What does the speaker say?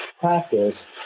practice